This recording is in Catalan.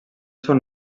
són